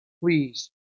please